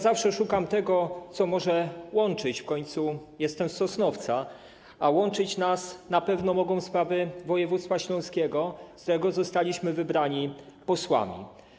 Zawsze szukam tego, co może łączyć, w końcu jestem z Sosnowca, a łączyć mogą nas na pewno sprawy województwa śląskiego, z którego zostaliśmy wybrani na posłów.